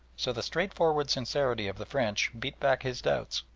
so the straightforward sincerity of the french beat back his doubts